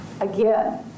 again